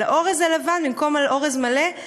על אורז לבן במקום על אורז מלא,